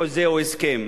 חוזה או הסכם.